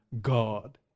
God